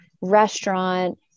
restaurant